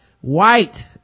white